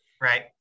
right